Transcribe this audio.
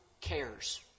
cares